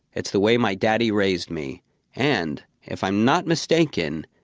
it's the way my daddy raised me and, if i'm not mistaken,